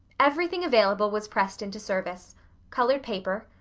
everything available was pressed into service colored paper,